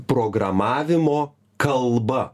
programavimo kalba